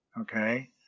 okay